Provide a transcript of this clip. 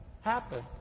happen